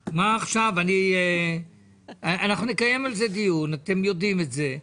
אנחנו נקיים על זה דיון, אתם יודעים את זה,